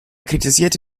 kritisierte